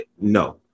No